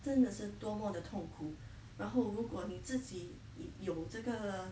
真的是多么的痛苦然后如果你自己也有这个